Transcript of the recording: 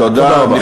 תודה רבה.